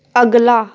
ਅਗਲਾ